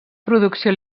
producció